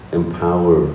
empower